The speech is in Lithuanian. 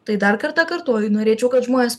tai dar kartą kartoju norėčiau kad žmonės